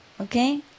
okay